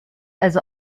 also